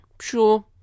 Sure